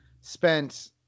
spent